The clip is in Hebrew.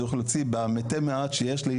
צריך להוציא במטי מעט שיש לי,